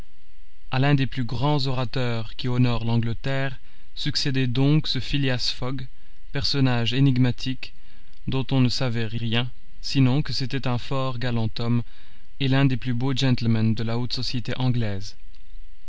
a l'un des plus grands orateurs qui honorent l'angleterre succédait donc ce phileas fogg personnage énigmatique dont on ne savait rien sinon que c'était un fort galant homme et l'un des plus beaux gentlemen de la haute société anglaise